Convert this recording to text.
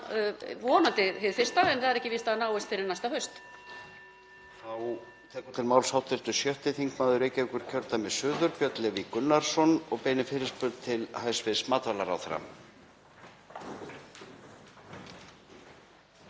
vonandi hið fyrsta en það er ekki víst að það náist fyrr en næsta haust.